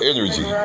Energy